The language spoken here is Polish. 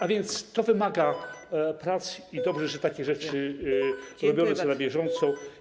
A więc to wymaga prac i dobrze, że takie rzeczy robione są na bieżąco.